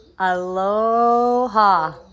Aloha